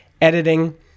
editing